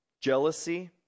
Jealousy